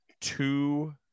two